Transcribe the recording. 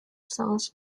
songs